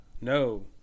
No